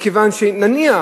מכיוון שנניח,